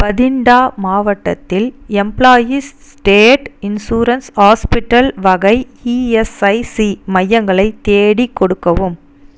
பதிண்டா மாவட்டத்தில் employees state insurance hospital வகை ESIC மையங்களை தேடிக் கொடுக்கவும்